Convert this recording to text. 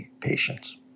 patients